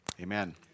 amen